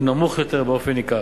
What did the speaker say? הוא נמוך יותר באופן ניכר.